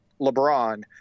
LeBron